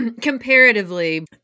comparatively